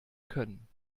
können